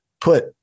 put